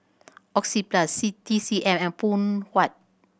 Oxyplus C T C M and Phoon Huat